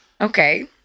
Okay